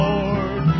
Lord